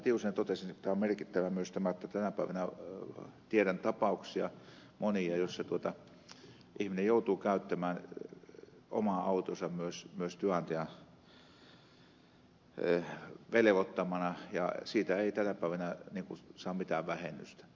tiusanen totesi ovat merkittäviä että tänä päivänä tiedän tapauksia monia joissa ihminen joutuu käyttämään omaa autoaan myös työnantajan velvoittamana ja siitä ei tänä päivänä saa mitään vähennystä